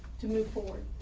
to move forward.